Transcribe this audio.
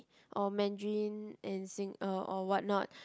or Mandarin and and sing~ uh or what not